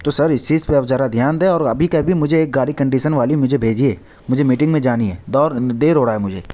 تو سر اِس چیز پہ آپ ذرا دھیان دیں اور ابھی کے ابھی مجھے ایک گاری کنڈیشن والی مجھے بھیجیے مجھے میٹنگ میں جانی ہے دور دیر ہو رہا ہے مجھے